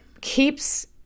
keeps